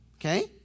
Okay